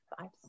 Five